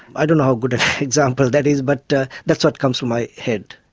i don't know how good an example that is but that's what comes to my head.